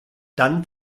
dann